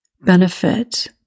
benefit